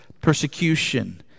persecution